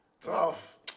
Tough